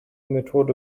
methode